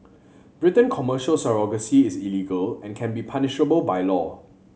Britain Commercial surrogacy is illegal and can be punishable by law